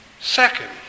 Second